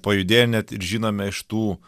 pajudėjo net ir žinome iš tų